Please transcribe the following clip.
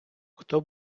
хто